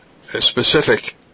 specific